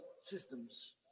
systems